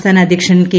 സംസ്ഥാന അധൃക്ഷൻ കെ